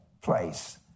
place